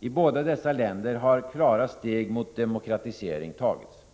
I båda dessa länder har klara steg mot en demokratisering tagits.